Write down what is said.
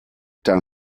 down